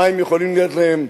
המים יכולים להיות להם,